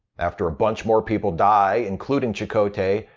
after a bunch more people die, including chakotay,